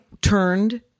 turned